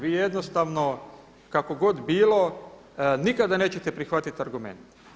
Vi jednostavno kako god bilo nikada nećete prihvatiti argumente.